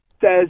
says